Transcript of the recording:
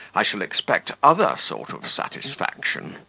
i shall expect other sort of satisfaction.